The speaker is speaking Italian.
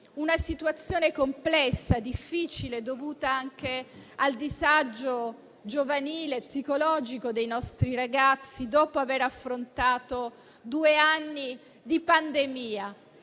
una situazione complessa e difficile, dovuta anche al disagio giovanile e psicologico dei nostri ragazzi dopo aver affrontato due anni di pandemia.